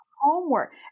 homework